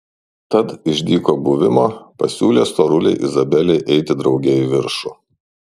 tad iš dyko buvimo pasiūlė storulei izabelei eiti drauge į viršų